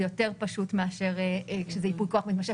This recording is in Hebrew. זה יותר פשוט מאשר כשזה ייפוי כוח מתמשך